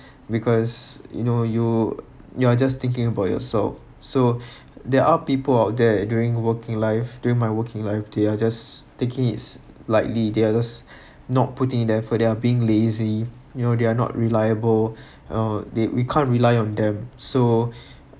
because you know you you're just thinking about yourself so there are people out there during working life during my working life they are just taking it lightly they are just not putting in effort they are being lazy you know they are not reliable uh they we can't rely on them so